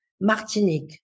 Martinique